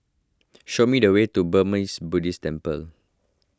show me the way to Burmese Buddhist Temple